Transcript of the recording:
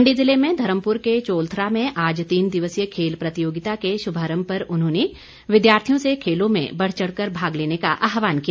मण्डी जिले में धर्मपुर के चोलथरा में आज तीन दिवसीय खेल प्रतियोगिता के शुभारम्भ पर उन्होंने विद्यार्थियों से खेलों में बढ़ चढ़कर भाग लेने का आहवान किया